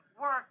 work